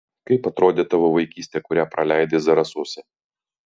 kaip atrodė tavo vaikystė kurią praleidai zarasuose